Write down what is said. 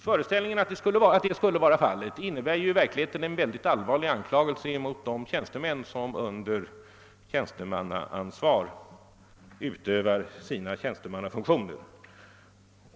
Föreställningen att så skulle vara fallet innebär i verkligheten en mycket allvarlig anklagelse mot de tjänstemän, som under tjänstemannaansvar utövar sina funktioner.